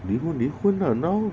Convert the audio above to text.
离婚离婚 lah now